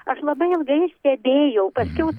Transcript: aš labai ilgai stebėjau paskiau